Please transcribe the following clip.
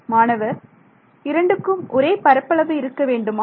மாணவர் மாணவர் இரண்டுக்கும் ஒரே பரப்பளவு இருக்க வேண்டுமா